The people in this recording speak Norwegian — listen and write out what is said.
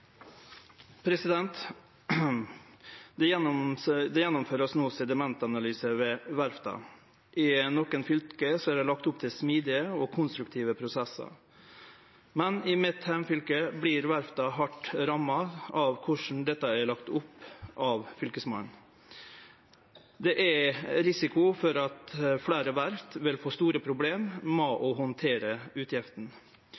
gjennomføres nå sedimentanalyser ved verftene. I noen fylker er det lagt opp til smidige og konstruktive prosesser, men i mitt hjemfylke blir verftene hardt rammet av hvordan dette er lagt opp av Fylkesmannen. Det er risiko for at flere verft vil få store problemer med